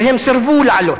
והם סירבו לעלות.